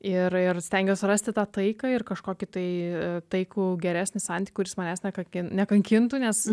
ir ir stengiuosi rasti tą taiką ir kažkokį tai taikų geresnį santykį kuris manęs nekan nekankintų nes